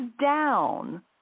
down